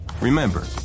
Remember